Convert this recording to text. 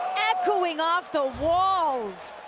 echoing off the walls.